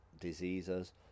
diseases